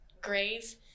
grave